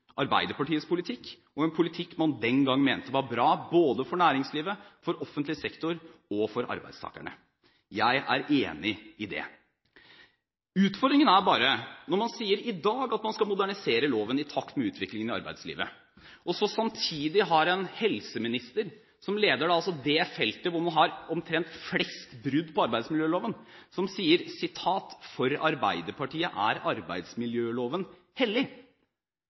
Arbeiderpartiets politikk, en politikk man den gang mente var bra både for næringslivet, for offentlig sektor og for arbeidstakerne. Jeg er enig i det. Utfordringen er bare at når man i dag sier at man skal modernisere loven i takt med utviklingen i arbeidslivet, og samtidig har en helseminister som leder det feltet hvor man omtrent har flest brudd på arbeidsmiljøloven, som sier at for Arbeiderpartiet er arbeidsmiljøloven